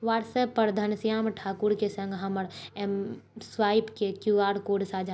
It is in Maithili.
व्हाट्सअप पर घनश्याम ठाकुर के सङ्ग हमर एम स्वाइप के क्यू आर कोड साझा करू